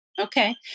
Okay